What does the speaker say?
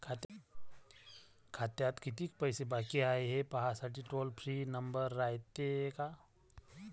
खात्यात कितीक पैसे बाकी हाय, हे पाहासाठी टोल फ्री नंबर रायते का?